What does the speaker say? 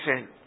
sin